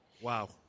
Wow